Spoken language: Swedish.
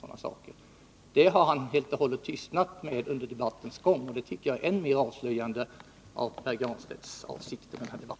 Därvidlag har han mer och mer tystnat under debattens gång, och det tycker jag är än mer avslöjande för Pär Granstedts avsikter med denna debatt.